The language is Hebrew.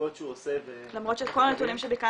בדיקות שהוא עושה ו --- למרות שאת כל הנתונים שביקשתי,